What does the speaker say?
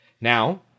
Now